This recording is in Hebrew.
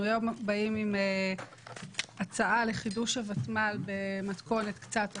באים היום עם הצעה לחידוש הוותמ"ל במתכונת קצת אחרת,